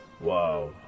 Wow